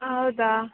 ಹೌದಾ